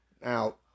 Now